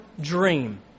dream